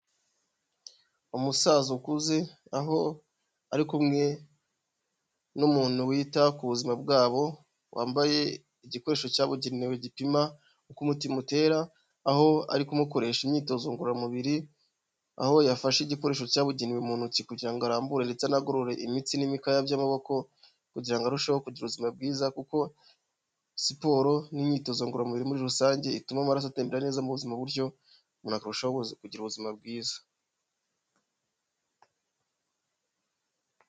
Umusaza ukuze aho ari kumwe n'umuntu wita ku buzima bwabo wambaye igikoresho cyabugenewe gipima uko umutima utera ,aho ari kumukoresha imyitozo ngororamubiri ,aho yafashe igikoresho cyabugenewe mu ntoki kugira ngo arambure ndetse anagorore imitsi n'imikaya by'amaboko kugira ngo arusheho kugira ubuzima bwiza, kuko siporo n'imyitozo ngoromubiri muri rusange ituma amaraso agendabera neza mu buzima mu buryo umuntu akarushaho kugira ubuzima bwiza.